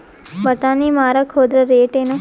ಬಟಾನಿ ಮಾರಾಕ್ ಹೋದರ ರೇಟೇನು?